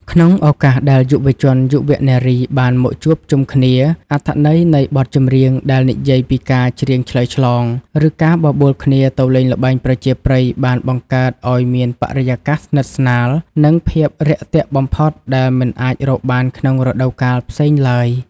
ក្នុងឱកាសដែលយុវជនយុវនារីបានមកជួបជុំគ្នា អត្ថន័យនៃបទចម្រៀងដែលនិយាយពីការច្រៀងឆ្លើយឆ្លង ឬការបបួលគ្នាទៅលេងល្បែងប្រជាប្រិយ បានបង្កើតឱ្យមានបរិយាកាសស្និទ្ធស្នាល និងភាពរាក់ទាក់បំផុតដែលមិនអាចរកបានក្នុងរដូវកាលផ្សេងឡើយ។